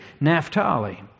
Naphtali